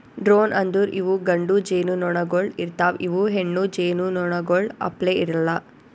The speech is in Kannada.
ಡ್ರೋನ್ ಅಂದುರ್ ಇವು ಗಂಡು ಜೇನುನೊಣಗೊಳ್ ಇರ್ತಾವ್ ಇವು ಹೆಣ್ಣು ಜೇನುನೊಣಗೊಳ್ ಅಪ್ಲೇ ಇರಲ್ಲಾ